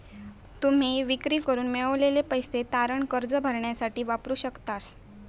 तुम्ही विक्री करून मिळवलेले पैसे तारण कर्ज भरण्यासाठी वापरू शकतास